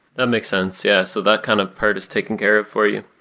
that makes sense. yeah so that kind of part is taking care of for you.